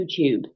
YouTube